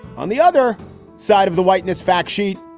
on the other side of the whiteness fact sheet.